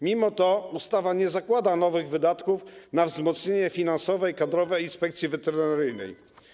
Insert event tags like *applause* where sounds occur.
Mimo to ustawa nie zakłada nowych wydatków na wzmocnienie finansowe i kadrowe *noise* Inspekcji Weterynaryjnej.